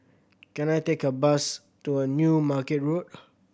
can I take a bus to a New Market Road